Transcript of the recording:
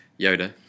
Yoda